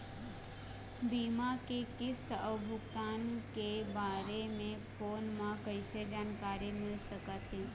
बीमा के किस्त अऊ भुगतान के बारे मे फोन म कइसे जानकारी मिल सकत हे?